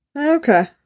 Okay